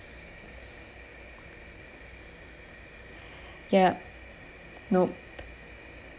yup nope